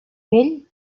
vell